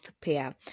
pair